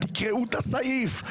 תקראו את הסעיף.